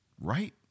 Right